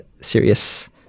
serious